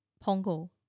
Pongo